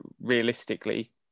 realistically